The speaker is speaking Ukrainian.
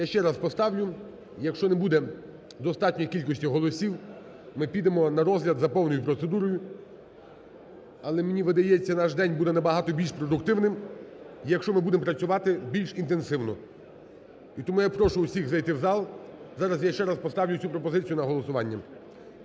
Я ще раз поставлю, якщо не буде достатньої кількості голосів, ми підемо на розгляд за повною процедурою. Але, мені видається, наш день буде набагато більш продуктивним, якщо ми будемо працювати більш інтенсивно. І тому я прошу усіх зайти в зал, зараз я ще раз поставлю цю пропозицію на голосування.